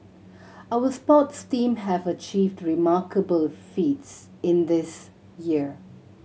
our sports team have achieved remarkable feats in this year